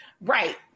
Right